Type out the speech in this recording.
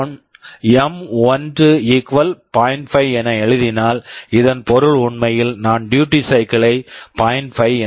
5 என்று எழுதினால் இதன் பொருள் உண்மையில் நாம் டியூட்டி சைக்கிள் duty cycle ஐ 0